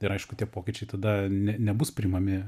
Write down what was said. ir aišku tie pokyčiai tada ne nebus priimami